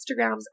Instagrams